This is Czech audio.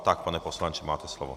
Tak, pane poslanče, máte slovo.